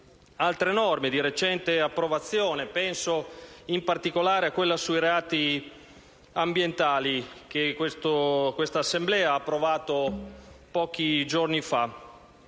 altre norme di recente approvazione: penso in particolare a quella sui reati ambientali, che l'Assemblea ha approvato pochi giorni fa,